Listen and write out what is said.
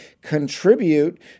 contribute